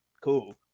cool